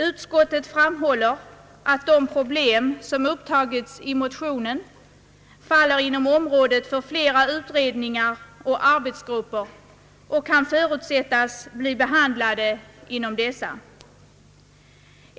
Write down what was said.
Utskottet framhåller att de problem som har upptagits till behandling i motionen faller inom området för flera utredningar och arbetsgrupper och kan förutsättas bli behandlade inom dessa.